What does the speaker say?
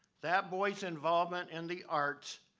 that boy's involvement in the arts,